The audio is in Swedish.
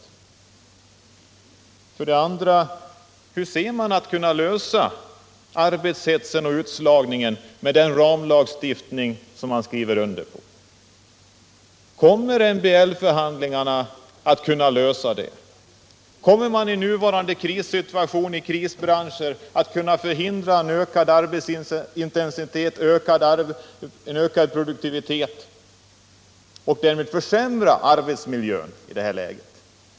Hur ser man för det andra på möjligheterna att komma till rätta med arbetshetsen och utslagningen med den ramlagstiftning som man nu tillstyrker? Kommer MBL-förhandlingarna att kunna lösa det? Kommer man i nuvarande läge i krisbranscher att kunna förhindra att ökad arbetsintensitet och höjd produktivitet leder till försämringar i arbetsmiljön?